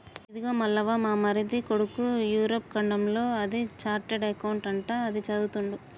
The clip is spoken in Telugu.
ఇదిగో మల్లవ్వ మా మరిది కొడుకు యూరప్ ఖండంలో అది చార్టెడ్ అకౌంట్ అంట అది చదువుతుండు